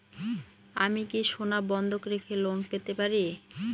আমি কি সোনা বন্ধক রেখে লোন পেতে পারি?